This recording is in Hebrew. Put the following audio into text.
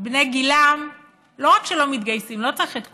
בני גילם לא רק שלא מתגייסים, לא צריך את כולם,